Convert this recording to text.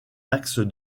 axe